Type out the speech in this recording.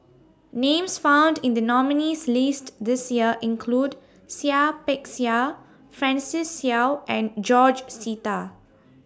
Names found in The nominees' list This Year include Seah Peck Seah Francis Seow and George Sita